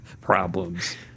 problems